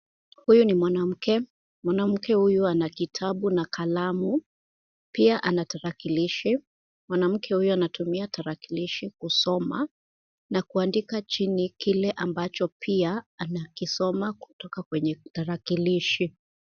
Huyu ni mwanamke. Mwanamke huyu ana kitabu na kalamu, pia ana tarakilishi. mwanamke huyu anatumia tarakilishi kusoma na kuandika chini kile ambacho pia anakisoma kutoka kwenye tarakilishi.